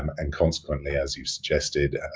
and consequently as you've suggested,